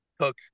took